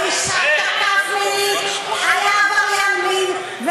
האיש תקף מינית, היה עבריין מין.